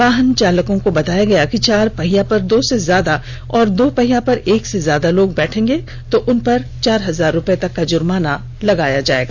वाहन चालकों को बताया गया कि चार पहिया पर दो से ज्यादा और दो पहिया पर एक से ज्यादा लोग बैठेंगे तो उनपर चार हजार रुपए तक का जुर्माना लगाया जायेगा